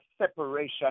separation